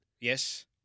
yes